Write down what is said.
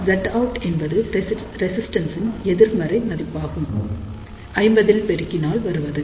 Zout என்பது resistance இன் எதிர்மறை மதிப்பை 50 ஆல் பெருக்கினால் வருவது